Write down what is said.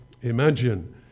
imagine